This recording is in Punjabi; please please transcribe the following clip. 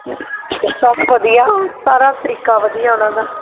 ਕਾਫੀ ਵਧੀਆ ਸਾਰਾ ਤਰੀਕਾ ਵਧੀਆ ਉਹਨਾਂ ਦਾ